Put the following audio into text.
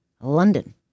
London